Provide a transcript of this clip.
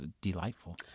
delightful